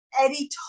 Eddie